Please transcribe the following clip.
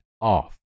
off